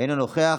אינו נוכח.